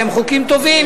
שהם חוקים טובים,